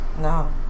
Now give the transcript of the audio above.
no